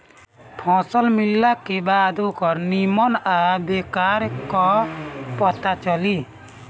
फसल मिलला के बाद ओकरे निम्मन आ बेकार क पता चली